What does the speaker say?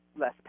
less